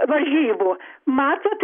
varžybų matote